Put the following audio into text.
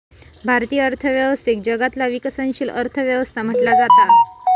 भारतीय अर्थव्यवस्थेक जगातला विकसनशील अर्थ व्यवस्था म्हटला जाता